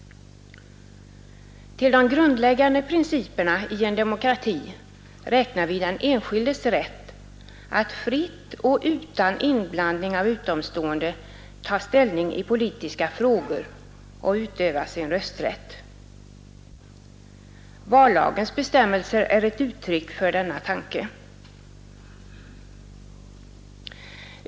Till de grundläggande principerna i en demokrati räknar vi den enskildes rätt att fritt och utan inblandning av utomstående ta ställning i politiska frågor och utöva sin rösträtt. Vallagens bestämmelser är ett uttryck för denna tanke.